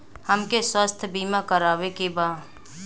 हमके स्वास्थ्य बीमा करावे के बा?